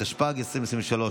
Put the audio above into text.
התשפ"ג 2023,